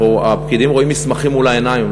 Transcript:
הפקידים רואים מסמכים מול העיניים,